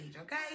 okay